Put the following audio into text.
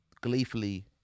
gleefully